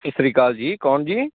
ਸਤਿ ਸ਼੍ਰੀ ਅਕਾਲ ਜੀ ਕੌਣ ਜੀ